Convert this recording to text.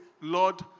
Lord